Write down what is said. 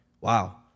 Wow